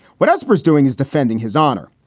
what else was doing is defending his honor.